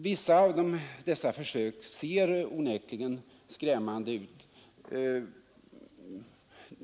Vissa av dessa försök ser onekligen skrämmande ut.